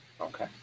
Okay